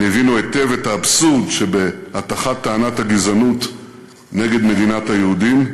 הן הבינו היטב את האבסורד שבהטחת טענת הגזענות נגד מדינת היהודים,